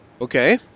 Okay